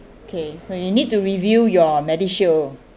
okay so you need to review your medishield